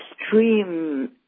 extreme